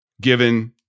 given